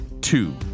Two